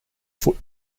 foot